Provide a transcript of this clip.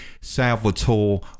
Salvatore